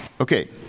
Okay